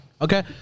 Okay